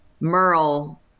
Merle